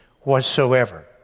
whatsoever